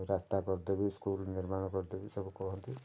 ରାସ୍ତା କରିଦେବି ସ୍କୁଲ ନିର୍ମାଣ କରିଦେବି ସବୁ କୁହନ୍ତି